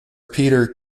peter